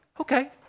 okay